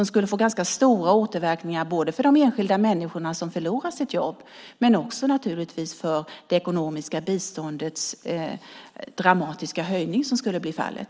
Den skulle få ganska stora återverkningar, både för de enskilda människor som förlorar sitt jobb och genom den dramatiska höjning av det ekonomiska biståndet som skulle bli fallet.